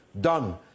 done